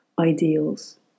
ideals